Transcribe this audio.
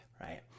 right